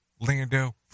lando